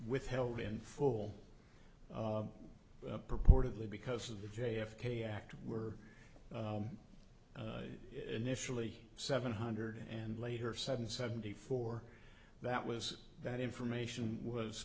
withheld and full purportedly because of the j f k act were initially seven hundred and later seven seventy four that was that information was